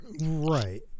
right